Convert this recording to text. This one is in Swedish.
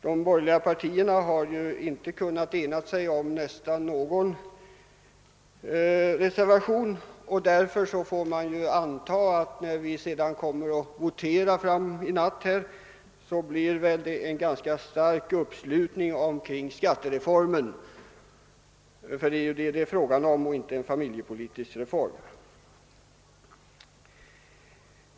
De borgerliga partierna har ju knappast kunnat ena sig om någon reservation, och därför får man anta att det, när vi så småningom kommer att votera i natt, blir en ganska stark uppslutning omkring skattereformen — ty det är en sådan det är fråga om och inte en familjepolitisk reform.